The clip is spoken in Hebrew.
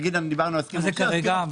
מה זה "כרגע"?